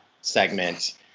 segment